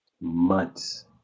months